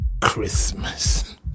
Christmas